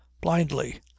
blindly